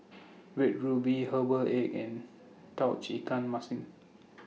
Red Ruby Herbal Egg and Tauge Ikan Masin